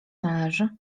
należy